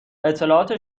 اطلاعات